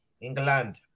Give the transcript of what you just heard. England